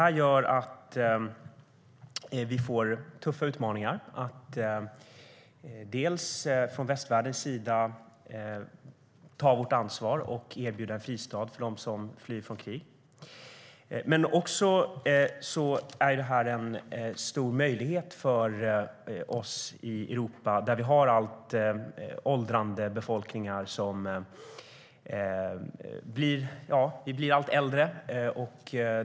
Det gör att det blir tuffa utmaningar att från västvärldens sida ta vårt ansvar och erbjuda en fristad för dem som flyr från krig. Men det är också en stor möjlighet för oss i Europa, där vi har alltmer åldrande befolkningar. Vi blir allt äldre.